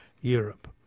Europe